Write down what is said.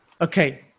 Okay